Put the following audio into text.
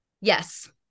Yes